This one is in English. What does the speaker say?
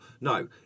No